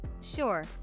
Sure